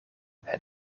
het